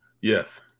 Yes